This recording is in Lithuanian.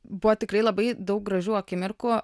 buvo tikrai labai daug gražių akimirkų